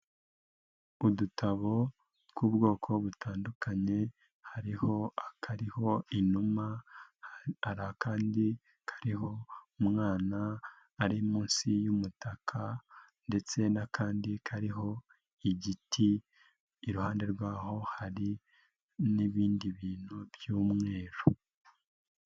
Udutabo tw'ubwoko butandukanye, hariho akariho inuma hari akandi kariho umwana ari munsi y'umutaka ndetse n'akandi kariho igiti, iruhande rwaho hari nibindi bintu by'umweru.